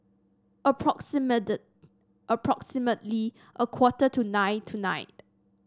approximate approximately a quarter to nine tonight